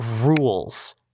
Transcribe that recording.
rules